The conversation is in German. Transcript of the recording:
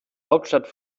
hauptstadt